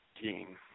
Team